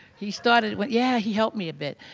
he started when yeah, he helped me a bit,